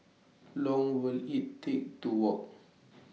Long Will IT Take to Walk